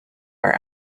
are